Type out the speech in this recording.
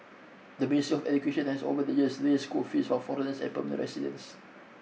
the Ministry of Education has over the years raised school fees for foreigners and permanent residents